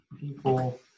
people